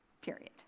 period